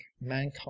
mankind